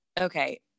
Okay